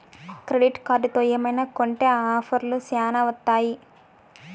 credit కార్డుతో ఏమైనా కొంటె ఆఫర్లు శ్యానా వత్తాయి